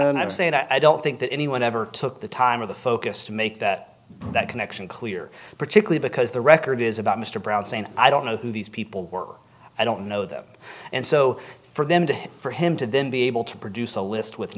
and i'm saying i don't think that anyone ever took the time of the focus to make that that connection clear particularly because the record is about mr brown saying i don't know who these people were i don't know them and so for them to for him to then be able to produce a list with